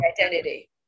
identity